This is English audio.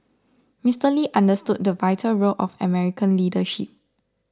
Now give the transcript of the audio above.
Mister Lee understood the vital role of American leadership